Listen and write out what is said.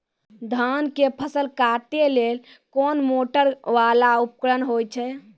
धान के फसल काटैले कोन मोटरवाला उपकरण होय छै?